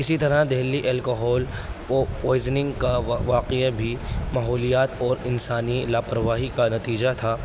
اسی طرح دلی الکوہل کو پوائزنگ کا واقع بھی ماحولیات اور انسانی لاپرواہی کا نتیجہ تھا